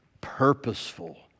purposeful